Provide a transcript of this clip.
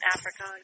Africa